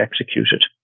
executed